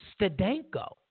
Stadenko